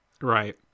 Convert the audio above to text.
right